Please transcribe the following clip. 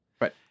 Right